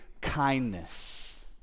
kindness